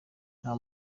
nta